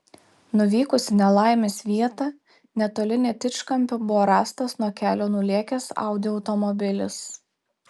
nuvykus į nelaimės vietą netoli netičkampio buvo rastas nuo kelio nulėkęs audi automobilis